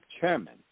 chairman